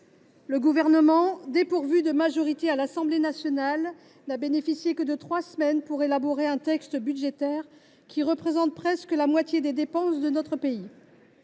Le Gouvernement, dépourvu de majorité à l’Assemblée nationale, n’a bénéficié que de trois semaines pour élaborer un texte budgétaire qui représente presque la moitié des dépenses de notre pays.